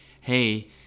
hey